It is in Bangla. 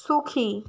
সুখী